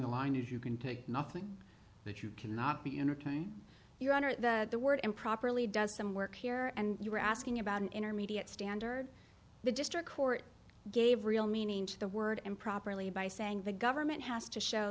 the line if you can take nothing that you cannot be entertained your honor that the word improperly does some work here and you are asking about an intermediate standard the district court gave real meaning to the word improperly by saying the government has to show